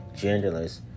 genderless